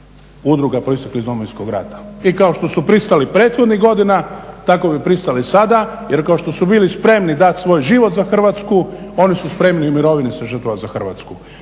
udruga proisteklih iz Domovinskog rata i kao što su pristali prethodnih godina tako bi pristali i sada jer kao što su bili spremni dat svoj život za Hrvatsku, oni su spremni u mirovini se žrtvovat za Hrvatsku.